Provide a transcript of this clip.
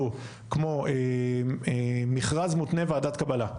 כמו מכרז מותנה ועדת קבלה.